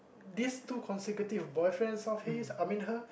these two consecutive boyfriends of his I mean her